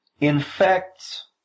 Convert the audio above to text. infects